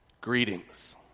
Greetings